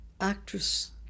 actress